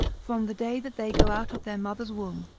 from the day that they go out of their mother's womb,